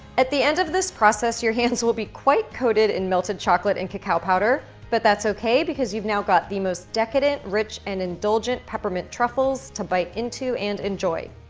at the end of this process, your hands will be quite coated in melted chocolate and cacao powder, but that's okay because you've now got the most decadent, rich, and indulgent peppermint truffles to bite into and enjoy.